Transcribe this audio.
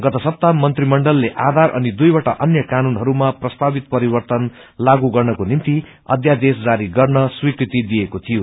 गत सप्ताह मंत्रीमण्डलले आधार अनि दुईवटा अन्य कानूनहरूमा प्रस्तावित परिवर्तन लागू गर्नको निम्ति अध्यादेशि जारी गर्न स्वीकृति दिइएको शिियो